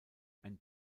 ein